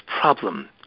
problem